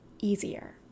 easier